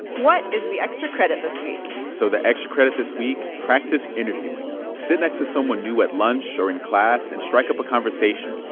what is the extra credit this week? so the extra credit this week practice interviewing. sit next to someone new at lunch or in class and strike up a conversation.